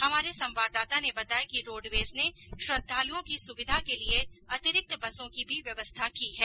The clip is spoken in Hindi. हमारे संवाददाता ने बताया कि रोडवेज ने श्रद्धालुओं की सुविधा के लिये अतिरिक्त बसों की भी व्यवस्था की है